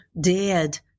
dared